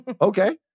Okay